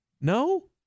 no